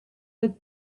but